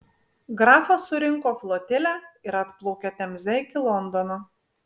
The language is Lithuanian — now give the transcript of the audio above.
grafas surinko flotilę ir atplaukė temze iki londono